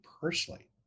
personally